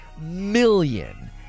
million